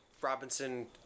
Robinson